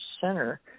Center